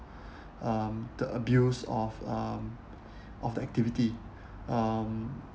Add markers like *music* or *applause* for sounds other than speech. *breath* um the abuse of um of the activity um